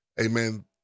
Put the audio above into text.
amen